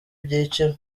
byiciro